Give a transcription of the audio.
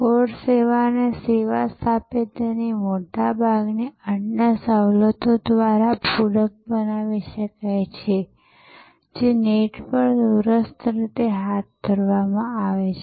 core સેવાને સેવા સ્થાપત્યની મોટાભાગની અન્ય સવલતો દ્વારા પૂરક બનાવી શકાય છે જે નેટ પર દૂરસ્થ રીતે હાથ ધરવામાં આવે છે